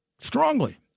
strongly